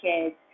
kids